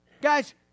guys